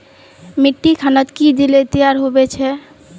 मिट्टी खानोक की दिले तैयार होबे छै?